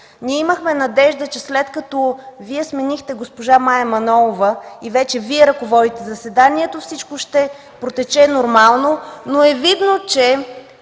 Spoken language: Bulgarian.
Ние имахме надежда, че след като Вие сменихте госпожа Мая Манолова и вече Вие ръководите заседанието, всичко ще протече нормално, но е видно, че